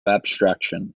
abstraction